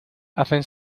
hacen